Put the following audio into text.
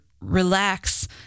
relax